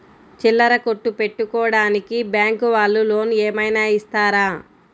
చిల్లర కొట్టు పెట్టుకోడానికి బ్యాంకు వాళ్ళు లోన్ ఏమైనా ఇస్తారా?